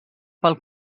pel